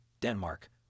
Denmark